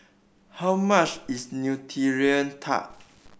how much is Nutella Tart